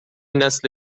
نسل